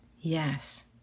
Yes